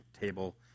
table